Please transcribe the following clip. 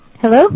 Hello